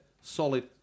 Solid